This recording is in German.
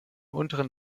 unteren